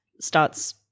starts